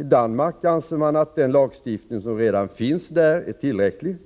I Danmark anser man att den lagstiftning som redan finns där är tillräcklig.